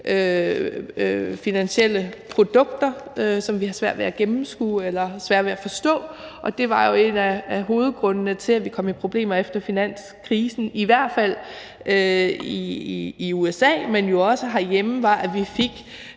finansielle produkter, som vi har svært ved at gennemskue eller svært ved at forstå. Og det var jo en af hovedgrundene til, at man kom i problemer efter finanskrisen, i hvert fald i USA, men jo også herhjemme, nemlig at man fik